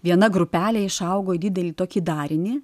viena grupelė išaugo į didelį tokį darinį